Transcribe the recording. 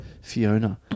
Fiona